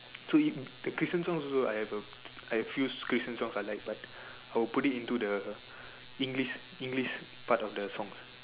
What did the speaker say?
so if the Christian songs also I have A I have a few Christian songs I like but I'll put it into the English English part of the song